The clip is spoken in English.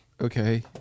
okay